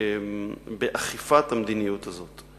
אכיפת המדיניות הזאת.